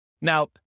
Now